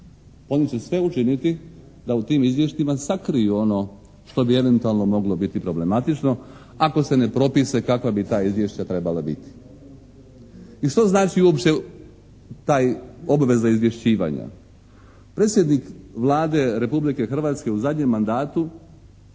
Oni će sve učiniti da u tim izvješćima sakriju ono što bi eventualno moglo biti problematično ako se ne propiše kakva bi ta izvješća trebala biti. I što znači uopće ta obveza izvješćivanja? Predsjednik Vlade Republike Hrvatske u zadnjem mandatu